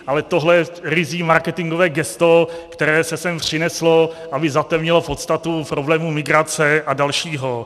Ale tohle je ryzí marketingové gesto, které se sem přineslo, aby zatemnilo podstatu problému migrace a dalšího.